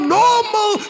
normal